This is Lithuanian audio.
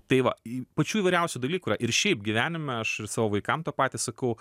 tai va pačių įvairiausių dalykų yra ir šiaip gyvenime aš ir savo vaikam tą patį sakau